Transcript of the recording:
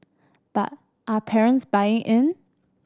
but are parents buying in